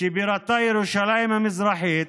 שבירתה ירושלים המזרחית,